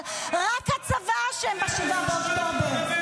אבל בסוף רק הצבא ב-7 באוקטובר,